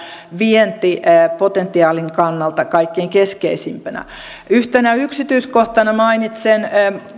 vientipotentiaalin kannalta kaikkein keskeisimmiksi yhtenä yksityiskohtana mainitsen